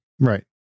right